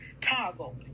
toggle